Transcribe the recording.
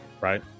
right